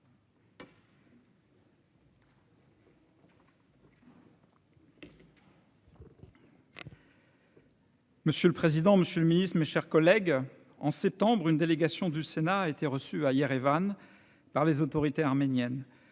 Monsieur le président, monsieur le ministre, mes chers collègues, en septembre dernier, une délégation du Sénat a été reçue à Erevan par les autorités arméniennes